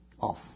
off